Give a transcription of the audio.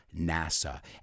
NASA